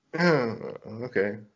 Okay